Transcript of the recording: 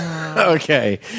Okay